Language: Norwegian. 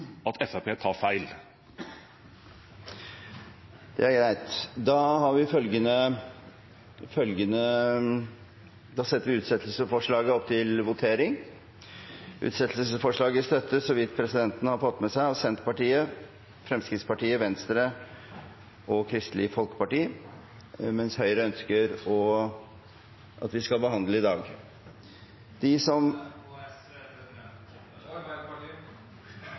at Fremskrittspartiet tar feil. Det er greit. Da tar vi utsettelsesforslaget fra Arbeiderpartiet opp til votering. Utsettelsesforslaget støttes, så vidt presidenten har fått med seg, av Senterpartiet, Fremskrittspartiet, Venstre og Kristelig Folkeparti, mens Høyre ønsker at vi skal behandle saken i dag.